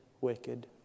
wicked